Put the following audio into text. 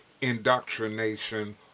indoctrination